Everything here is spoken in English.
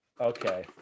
Okay